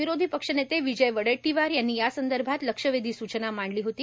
विरोधी पक्षनेते विजय वडेट्टीवार यांनी यासंदर्भात लक्षवेधी सूचना मांडली होती